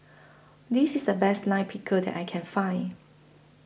This IS The Best Lime Pickle that I Can Find